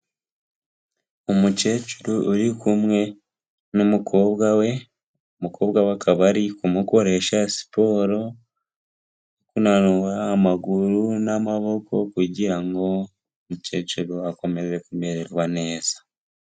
Umukecuru uri kumwe n'umukobwa we, umukobwa we akaba ari kumukoresha siporo, kunanura amaguru n'amaboko, kugirango umukecuru akomeze kumererwa neza.